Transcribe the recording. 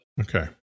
Okay